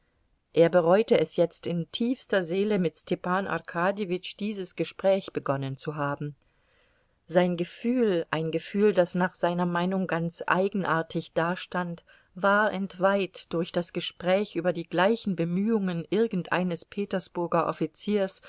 er bereute es jetzt in tiefster seele mit stepan arkadjewitsch dieses gespräch begonnen zu haben sein gefühl ein gefühl das nach seiner meinung ganz eigenartig dastand war entweiht durch das gespräch über die gleichen bemühungen irgendeines petersburger offiziers